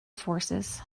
forces